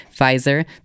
Pfizer-